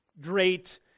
great